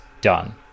done